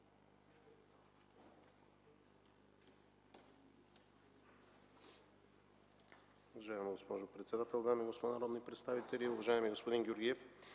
Уважаема госпожо председател, дами и господа народни представители, уважаеми господин Георгиев!